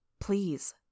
Please